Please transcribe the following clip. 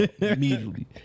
immediately